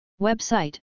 Website